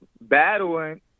battling